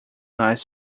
nas